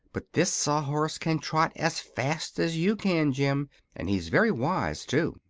but this sawhorse can trot as fast as you can, jim and he's very wise, too.